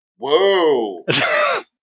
Whoa